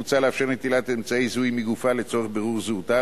מוצע לאפשר נטילת אמצעי זיהוי מגופה לצורך בירור זהותה,